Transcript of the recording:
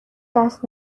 دست